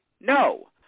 no